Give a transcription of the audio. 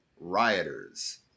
rioters